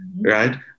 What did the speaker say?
Right